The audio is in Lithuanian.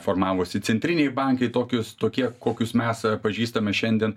formavosi centriniai bankai tokius tokie kokius mes pažįstame šiandien